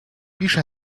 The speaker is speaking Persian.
بیش